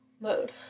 mode